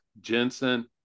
Jensen